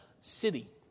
city